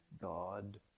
God